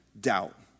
doubt